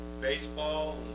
baseball